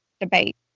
debate